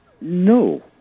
No